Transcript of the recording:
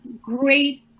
great